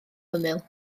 hymyl